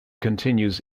continues